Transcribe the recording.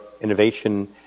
innovation